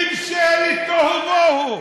ממשלת תוהו ובוהו.